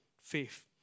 faith